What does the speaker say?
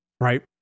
right